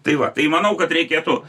tai va tai manau kad reikėtų